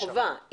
בדיוק, חובה.